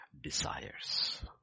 desires